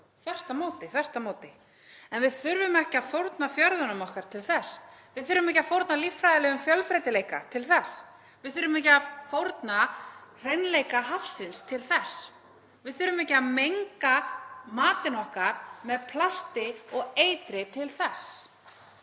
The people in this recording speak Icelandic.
um landið, þvert á móti. En við þurfum ekki að fórna fjörðunum okkar til þess. Við þurfum ekki að fórna líffræðilegum fjölbreytileika til þess. Við þurfum ekki að fórna hreinleika hafsins til þess. Við þurfum ekki að menga matinn okkar með plasti og eitri til þess.